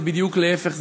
זה בדיוק להפך,